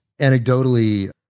Anecdotally